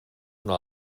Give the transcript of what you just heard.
una